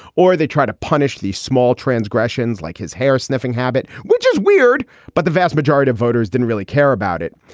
or they try to punish these small transgressions like his hair sniffing habit, which is weird. but the vast majority of voters didn't really care about it.